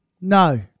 No